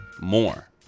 more